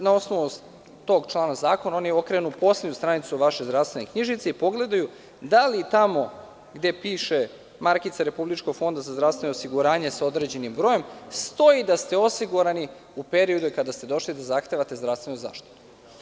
Na osnovu tog člana zakona oni okrenu poslednju stranicu vaše zdravstvene knjižice i pogledaju da li tamo gde piše markica Republičkog fonda za zdravstveno osiguranje sa određenim brojem stoji da ste osigurani u periodu kada ste došli da zahtevate zdravstvenu zaštitu.